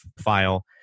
file